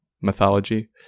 mythology